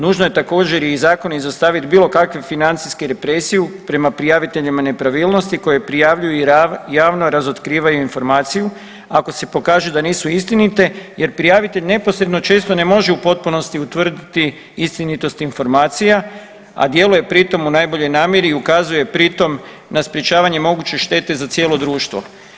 Nužno je također i zakon izostavit bilo kakve financijske represije prema prijaviteljima nepravilnosti koji prijavljuju i javno razotkrivaju informaciju ako se pokaže da nisu istinite jer prijavitelj neposredno često ne može u potpunosti utvrditi istinitost informacija, a djeluje pri tom u najboljoj namjeri i ukazuje pri tom na sprječavanje moguće štete za cijelo društvo.